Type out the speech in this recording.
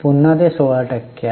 पुन्हा ते 16 टक्के आहे